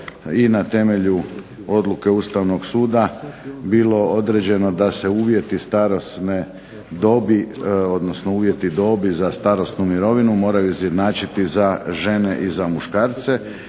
je na temelju odluke Ustavnog suda bilo uređeno da se uvjeti dobi za starosnu mirovinu moraju izjednačiti i za žene i za muškarce.